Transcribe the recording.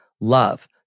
love